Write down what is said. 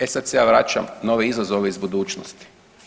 E sad se ja vraćam na ove izazove iz budućnosti.